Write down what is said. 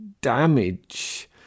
damage